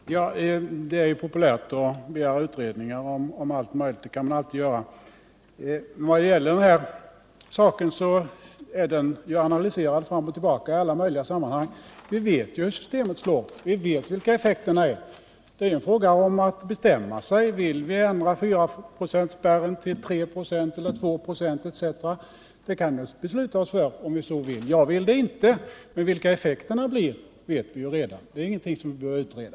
Herr talman! Det är ju populärt att begära utredningar om allt, och det kan man alltid göra. Men denna sak har analyserats fram och tillbaka i alla möjliga sammanhang. Vi vet hur systemet slår, och vi vet vilka effekterna är. Det är bara en fråga om att bestämma sig. Vill vi ändra fyraprocentsspärren till en treeller tvåprocentsspärr kan vi besluta oss för detta, om vi så vill. Men jag vill det inte, ty jag vet redan vilka effekterna blir. Det är ingenting som vi behöver utreda.